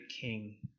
king